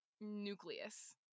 nucleus